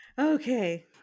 Okay